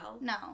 No